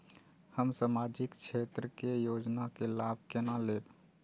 हम सामाजिक क्षेत्र के योजना के लाभ केना लेब?